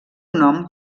nom